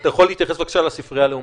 אתה יכול להתייחס, בבקשה, לספרייה הלאומית?